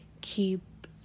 keep